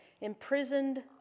imprisoned